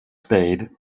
spade